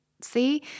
See